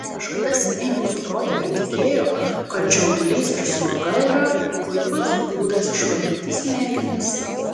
kažkada seniai mūsų protėviai tikėjo kad čiaudulys ir sloga yra puikus būdas išvalyti smegenis